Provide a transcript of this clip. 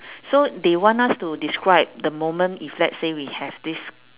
so they want us to describe the moment if let's say we have this